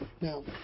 now